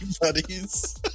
Buddies